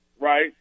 right